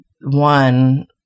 one